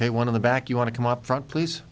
think one of the back you want to come up front please